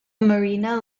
marina